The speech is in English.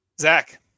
zach